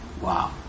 Wow